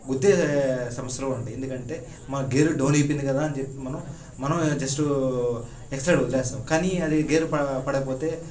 గుద్దే సమస్యలు కూడా ఉంటాయి ఎందుకంటే మనం గేర్ డౌన్ అయిపోయింది కదా అని చెప్పి మనం మనం జస్ట్ ఎక్సలేటర్ వదిలేస్తాం కానీ అది గేర్ ప పడపోతే